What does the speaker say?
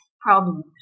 problem